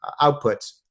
outputs